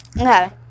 Okay